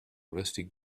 rusty